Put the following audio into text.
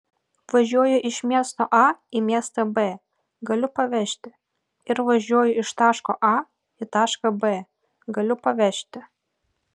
važiuoju iš miesto a į miestą b galiu pavežti ir važiuoju iš taško a į tašką b galiu pavežti